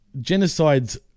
Genocide's